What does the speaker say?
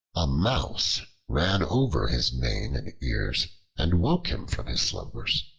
a mouse ran over his mane and ears and woke him from his slumbers.